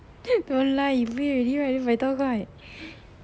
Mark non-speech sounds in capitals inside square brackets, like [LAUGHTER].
[LAUGHS] don't lie you pay already right 一百多块 [BREATH]